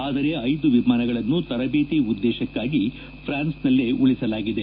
ಆದರೆ ಐದು ವಿಮಾನಗಳನ್ನು ತರಬೇತಿ ಉದ್ದೇಶಕ್ನಾಗಿ ಪ್ರಾನ್ಸ್ನಲ್ಲೇ ಉಳಸಲಾಗಿದೆ